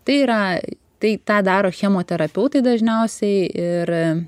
tai yra tai tą daro chemoterapeutai dažniausiai ir